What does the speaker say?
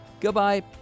Goodbye